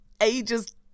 ages